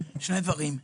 שני דברים,